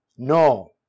No